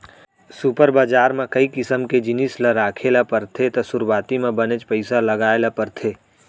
super बजार म कई किसम के जिनिस ल राखे ल परथे त सुरूवाती म बनेच पइसा लगाय ल परथे